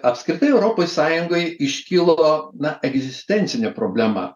apskritai europoj sąjungoj iškilo na egzistencinė problema